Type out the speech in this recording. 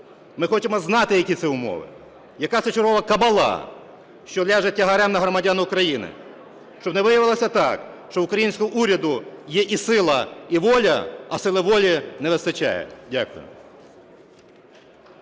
ми хочемо знати, які це умови, яка це чергова кабала, що ляже тягарем на громадян України. Щоб не виявилося так, що українського уряду є і сила, і воля, а сили волі не вистачає. Дякую.